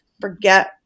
forget